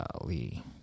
golly